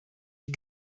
die